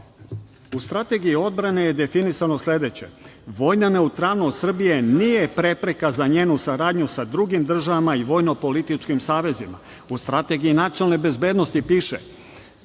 U strategiji odbrane je definisano sledeće, vojna neutralnost Srbije nije prepreka za njenu saradnju sa drugim državama i vojno političkim savezima. U strategiji nacionalne bezbednosti piše,